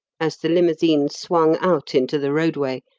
as the limousine swung out into the roadway,